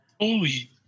Holy